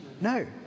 No